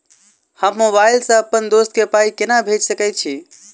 हम मोबाइल सअ अप्पन दोस्त केँ पाई केना भेजि सकैत छी?